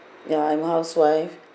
ya I'm a housewife